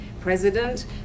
president